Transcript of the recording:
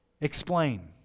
explain